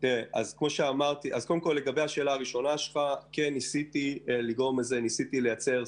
לגבי שאלתך הראשונה, ניסיתי לגרום לזה ולייצר סדר,